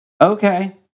Okay